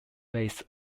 base